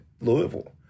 Louisville